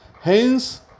Hence